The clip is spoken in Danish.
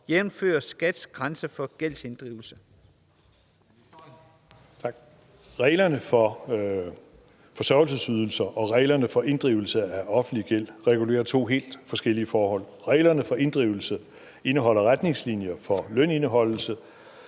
Neergaard Larsen): Tak. Reglerne for forsørgelsesydelser og reglerne for inddrivelse af offentlig gæld regulerer to helt forskellige forhold. Reglerne for inddrivelse indeholder retningslinjer for lønindeholdelse,